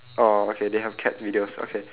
oh okay they have cat videos okay